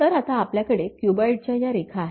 तर आता आपल्याकडे क्युबाईडच्या ह्या रेखा आहेत